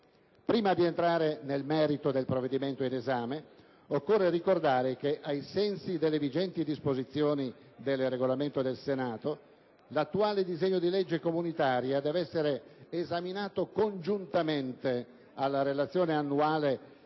Prima di entrare nel merito del provvedimento in esame, occorre ricordare che, ai sensi delle vigenti disposizioni del Regolamento del Senato, l'annuale disegno di legge comunitaria deve essere esaminato congiuntamente alla Relazione annuale